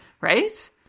right